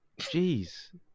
Jeez